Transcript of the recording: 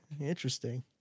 Interesting